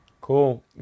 Cool